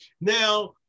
Now